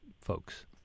folks